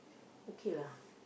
okay lah